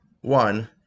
one